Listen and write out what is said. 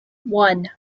one